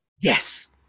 Yes